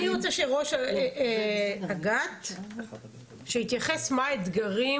אני רוצה שראש אג"ת שיתייחס מה האתגרים